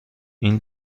این